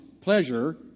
pleasure